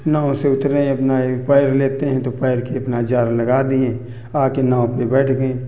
नाव से उतरें अपना ये पैर लेते हैं तो पैर के अपना जार लगा दिएँ आके नाव पे बैठ गएँ